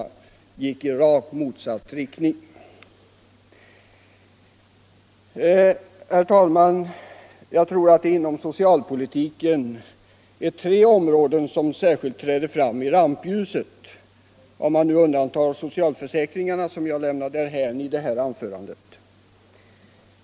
Herr talman! Jag tror att det inom socialpolitiken är tre områden som särskilt träder fram i rampljuset — om man nu undantar socialförsäkringarna, som jag lämnar därhän i det här anförandet.